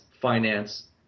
finance